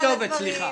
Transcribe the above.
הם לא הכתובת.